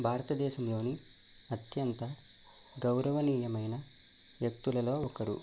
భారతదేశంలోని అత్యంత గౌరవనీయమైన వ్యక్తులలో ఒకరు